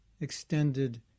extended